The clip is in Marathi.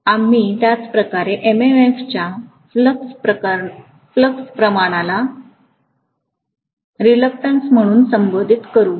आम्ही त्याचप्रकारे MMF च्या फ्लक्स प्रमाणला रीलक्टंस म्हणून संबोधित करू